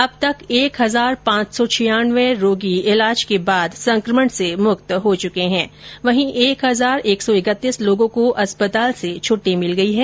अब तक एक हज़ार पांच सौ छियानवें रोगी ईलाज के बाद संक्रमण से मुक्त हो चुके है वहीं एक इज़ार एक सौ इकतीस लोगों को अस्पताल से छुट्टी मिल गई है